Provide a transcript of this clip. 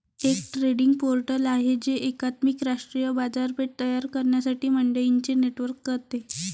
एक trading portal आहे जे एकात्मिक राष्ट्रीय बाजारपेठ तयार करण्यासाठी मंडईंचे नेटवर्क करते